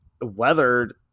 weathered